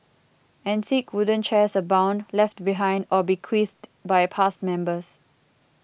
antique wooden chairs abound left behind or bequeathed by past members